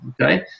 okay